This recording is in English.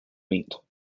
meat